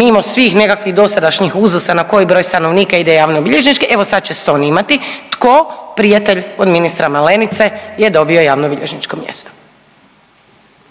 mimo svih nekakvih dosadašnjih uzusa na koji broj stanovnika ide javnobilježnički evo sad će Ston imati. Tko? Prijatelj od ministra Malenice je dobio javnobilježničko mjesto.